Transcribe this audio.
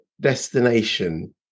destination